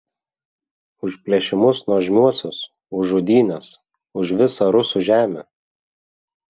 už plėšimus nuožmiuosius už žudynes už visą rusų žemę